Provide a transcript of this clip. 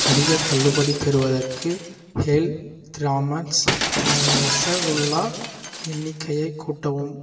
அதிக தள்ளுபடி பெறுவதற்கு ஹெல்த்ராமன்ஸ் ரசகுல்லா எண்ணிக்கையை கூட்டவும்